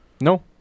No